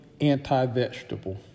anti-vegetable